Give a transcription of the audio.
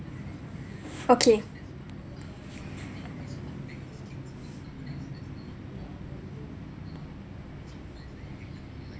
okay